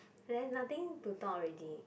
there's nothing to talk already